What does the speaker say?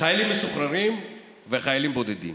חיילים משוחררים וחיילים בודדים